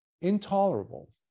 intolerable